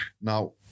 Now